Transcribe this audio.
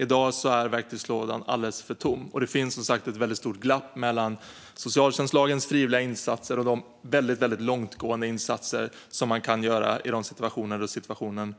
I dag är verktygslådan alldeles för tom, och det finns som sagt ett stort glapp mellan socialtjänstlagens frivilliga insatser och de väldigt långtgående insatser som man kan göra då situationen